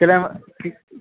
kilo Ki